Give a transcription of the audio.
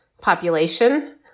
population